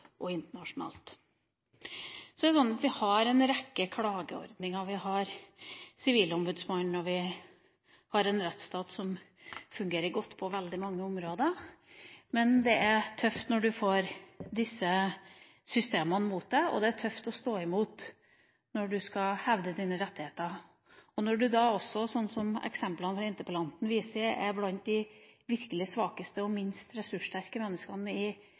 og internasjonalt. Så har vi en rekke klageordninger, vi har Sivilombudsmannen, og vi har en rettsstat som fungerer godt på veldig mange områder. Men det er tøft når du får disse systemene mot deg, og det er tøft å stå imot når du skal hevde dine rettigheter. Når du da også, slik som eksemplene fra interpellanten viser, er blant de virkelig svakeste og minst ressurssterke menneskene i